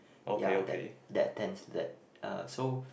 ya that that tends that uh so